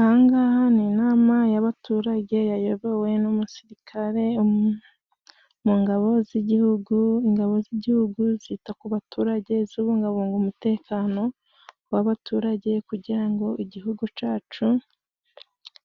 Ahangaha ni inama y'abaturage, yayobowe n'umusirikare umwe mu ngabo z'igihugu. Ingabo z'igihugu zita ku baturage, zibungabunga umutekano w'abaturage, kugira ngo igihugu cyacu